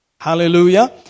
Hallelujah